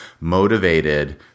motivated